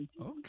Okay